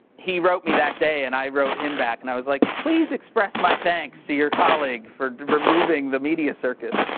he wrote me that day and i wrote him back and i was like, please express my thanks to your colleague for removing the media circus.